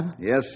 Yes